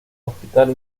hospital